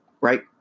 Right